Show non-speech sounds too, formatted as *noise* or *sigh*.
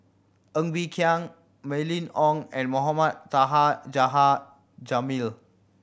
Ng Bee Kia Mylene Ong and Mohamed Taha *unintelligible* Jamil